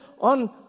on